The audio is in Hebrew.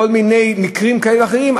כל מיני מקרים כאלה ואחרים,